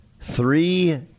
three